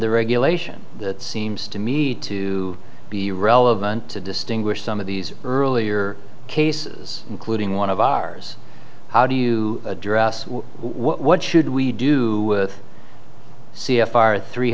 the regulation that seems to me to be relevant to distinguish some of these earlier cases including one of ours how do you address what should we do see if our three